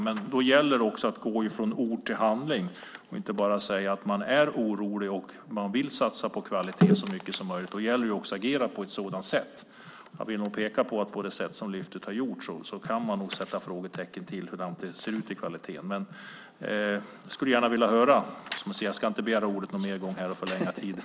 Men då gäller det också att gå från ord till handling och inte bara säga att man är orolig och vill satsa på kvalitet så mycket som möjligt. Det gäller att också agera på ett sådant sätt. Med tanke på hur Lyftet har gjorts kan man nog sätta frågetecken för hur det ser ut med kvaliteten. Jag ska inte begära ordet någon mer gång här och förlänga tiden.